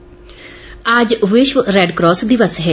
Red Cross आज विश्व Red Cross दिवस है